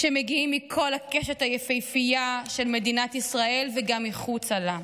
שמגיעים מכל הקשת היפהפייה של מדינת ישראל וגם מחוצה לה.